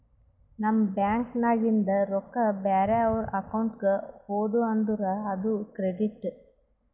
ನಮ್ ಬ್ಯಾಂಕ್ ನಾಗಿಂದ್ ರೊಕ್ಕಾ ಬ್ಯಾರೆ ಅವ್ರ ಅಕೌಂಟ್ಗ ಹೋದು ಅಂದುರ್ ಅದು ಕ್ರೆಡಿಟ್